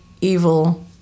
evil